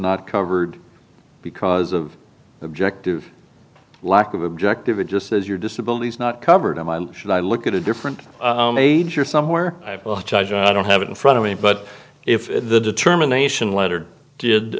not covered because of objective lack of objective it just says your disability not covered i should i look at a different major somewhere i don't have it in front of me but if the determination letter did